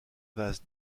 base